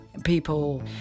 people